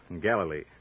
Galilee